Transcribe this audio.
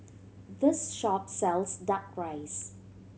this shop sells Duck Rice